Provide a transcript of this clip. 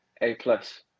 A-plus